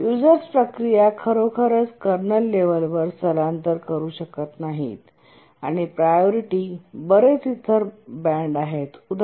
users प्रक्रिया खरोखरच kernel लेव्हलवर स्थलांतर करू शकत नाहीत आणि प्रायोरिटी बरेच इतर बँड आहेत उदा